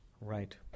right